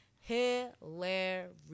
hilarious